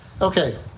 Okay